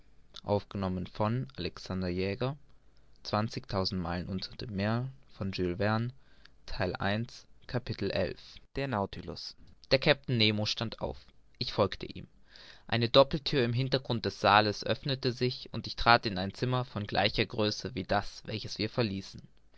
der kapitän nemo stand auf ich folgte ihm eine doppelthür im hintergrund des saales öffnete sich und ich trat in ein zimmer von gleicher größe wie das welches wir verließen